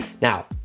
Now